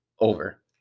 over